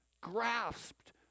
Grasped